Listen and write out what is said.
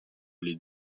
les